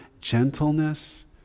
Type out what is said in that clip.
gentleness